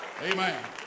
Amen